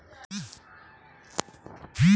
tea ವ್ಯವಸಾಯಕ್ಕೆ ಇಳಿಜಾರಾದ ಬೆಟ್ಟಗುಡ್ಡ ಪ್ರದೇಶಗಳು ಒಳ್ಳೆದು